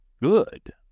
good